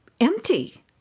empty